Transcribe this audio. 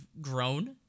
grown